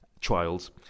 trials